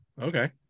Okay